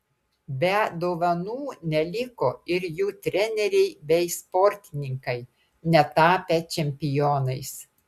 be dovanų neliko ir jų treneriai bei sportininkai netapę čempionais